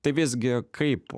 tai visgi kaip